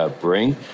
bring